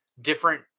different